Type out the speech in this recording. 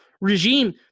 regime